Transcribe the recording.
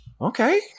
okay